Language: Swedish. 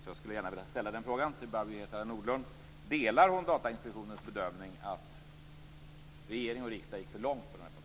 Jag skulle gärna vilja ställa den frågan till Barbro Hietala Nordlund. Delar hon Datainspektionens bedömning att regering och riksdag gick för långt på den här punkten?